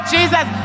Jesus